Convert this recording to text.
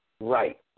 Right